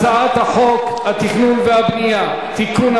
הצעת חוק התכנון והבנייה (תיקון,